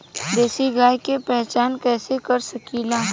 देशी गाय के पहचान कइसे कर सकीला?